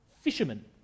fishermen